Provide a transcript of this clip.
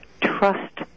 trust